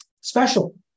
special